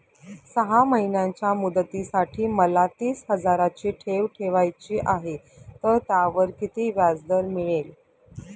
सहा महिन्यांच्या मुदतीसाठी मला तीस हजाराची ठेव ठेवायची आहे, तर त्यावर किती व्याजदर मिळेल?